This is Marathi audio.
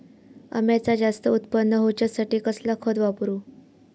अम्याचा जास्त उत्पन्न होवचासाठी कसला खत वापरू?